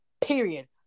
period